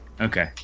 Okay